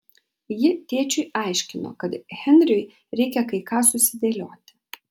ji tėčiui aiškino kad henriui reikia kai ką susidėlioti